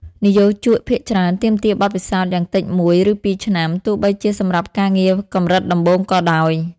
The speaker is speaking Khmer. និយោជកភាគច្រើនទាមទារបទពិសោធន៍យ៉ាងតិចមួយ ឬពីរឆ្នាំ ទោះបីជាសម្រាប់ការងារកម្រិតដំបូងក៏ដោយ។